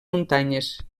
muntanyes